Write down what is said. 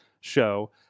show